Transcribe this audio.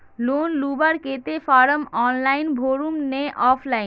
Loan लुबार केते form online भरुम ने ऑफलाइन?